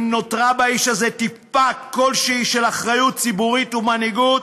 אם נותרה באיש הזה טיפה כלשהי של אחריות ציבורית ומנהיגות,